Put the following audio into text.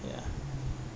ya